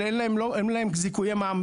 אבל אין להם זיכוי מע"מ,